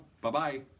Bye-bye